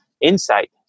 insight